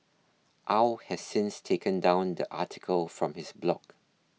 Au has since taken down the article from his blog